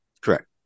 Correct